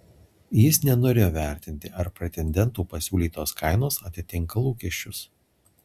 jis nenorėjo vertinti ar pretendentų pasiūlytos kainos atitinka lūkesčius